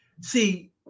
See